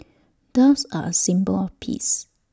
doves are A symbol of peace